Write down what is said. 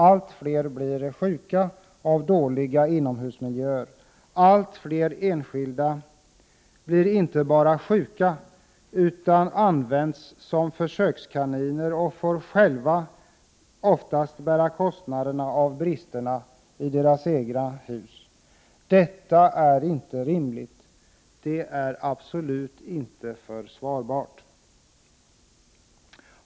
Allt fler blir sjuka av dåliga inomhusmiljöer. Allt fler enskilda blir inte bara sjuka utan används som försökskaniner och får oftast själva bära kostnaderna för bristerna i deras egna hus. Detta är inte rimligt, och det är absolut inte försvarbart.